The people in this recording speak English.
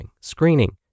screening